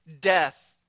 death